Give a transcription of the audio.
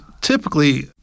typically